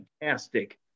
fantastic